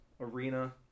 arena